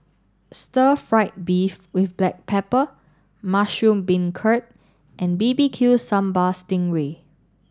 Stir Fried Beef with Black Pepper Mushroom Beancurd and B B Q Sambal Stingray